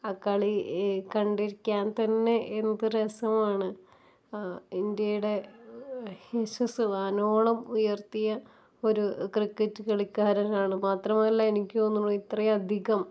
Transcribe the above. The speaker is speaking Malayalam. ആ കളി കണ്ടിരിക്കാൻ തന്നെ എന്ത് രസമാണ് ഇന്ത്യയുടെ യശ്ശസ് വാനോളം ഉയർത്തിയ ഒരു ക്രിക്കറ്റ് കളിക്കാരനാണ് മാത്രമല്ല എനിക്ക് തോന്നണു ഇത്രയും അധികം